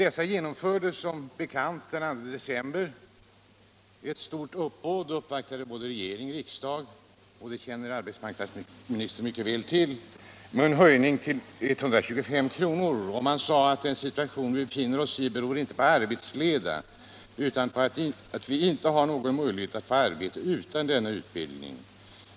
Ett stort uppbåd uppvaktade som bekant den 2 december både regering och riksdag, och det känner arbetsmarknadsministern mycket väl till, om en höjning av utbildningsbidraget till 125 kr. Man sade: ”Den situation vi befinner oss i beror inte på arbetsleda, utan på att vi inte har någon möjlighet 3 att få arbete utan denna utbildning.